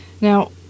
Now